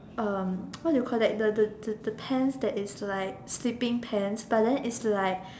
um what do you call that the the the the pants that is like sleeping pants but then it's like